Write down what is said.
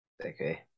okay